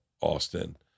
Austin